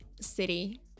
city